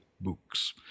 books